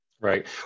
Right